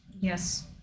Yes